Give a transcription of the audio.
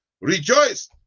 Rejoice